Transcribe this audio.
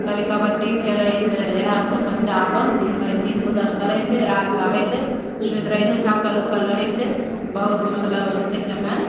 कभी कबड्डी खेलै छै इएहसब बच्चा अपन दिनभरि दिन गुदस करै छै रातिके आबै छै सुति रहै छै थकल उकल रहै छै बहुत मतलब सोचै छै हमे